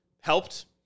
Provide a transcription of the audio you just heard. helped